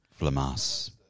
Flamas